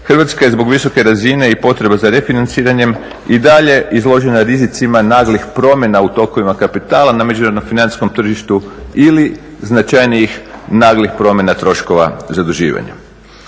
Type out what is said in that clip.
Hrvatska je zbog visoke razine i potreba za refinanciranjem i dalje izložena rizicima naglih promjena u tokovima kapitala na međunarodnom financijskom tržištu ili značajnijih naglih promjena troškova zaduživanja.